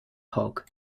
hogg